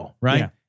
right